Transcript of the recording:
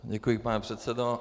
Děkuji, pane předsedo.